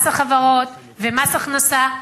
מס החברות ומס הכנסה.